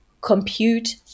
compute